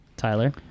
Tyler